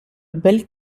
bel